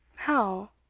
how?